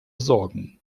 sorgen